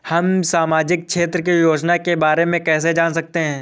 हम सामाजिक क्षेत्र की योजनाओं के बारे में कैसे जान सकते हैं?